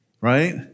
Right